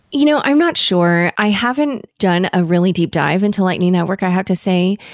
you know i'm not sure. i haven't done a really deep dive into lightning network, i have to say.